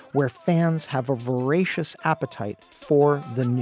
where fans have a voracious appetite for the news.